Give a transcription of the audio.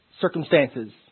circumstances